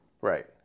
Right